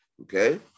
okay